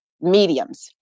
mediums